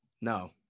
No